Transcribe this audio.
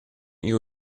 you